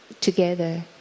together